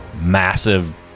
massive